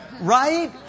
Right